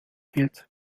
gilt